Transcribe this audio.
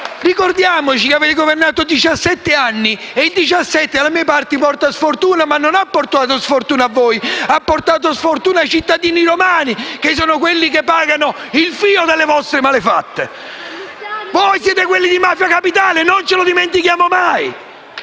Ricordiamo che avete governato diciassette anni. E il diciassette dalle mie parti porta sfortuna. Ma non ha portato sfortuna a voi. Ha portato sfortuna ai cittadini romani, che sono quelli che pagano il fio delle vostre malefatte. Voi siete quelli di Mafia Capitale. Non dimentichiamolo mai!